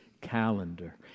calendar